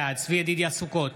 בעד צבי ידידיה סוכות,